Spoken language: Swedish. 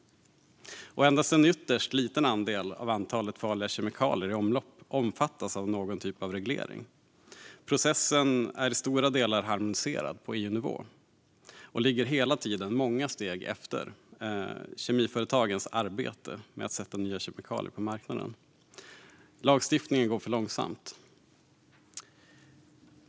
Endast en ytterst liten andel av de farliga kemikalier som finns i omlopp omfattas av någon typ av reglering. Processen är i stora delar harmoniserad på EU-nivå och ligger hela tiden många steg efter kemiföretagens arbete med att sätta nya kemikalier på marknaden. Lagstiftningen går för långsamt.